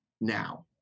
now